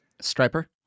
Striper